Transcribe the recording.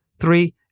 Three